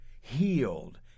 healed